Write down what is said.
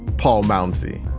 paul bouncy.